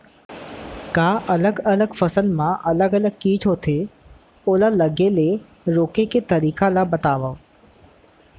का अलग अलग फसल मा अलग अलग किट होथे, ओला लगे ले रोके के तरीका ला बतावव?